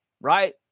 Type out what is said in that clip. right